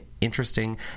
interesting